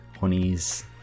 honeys